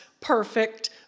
perfect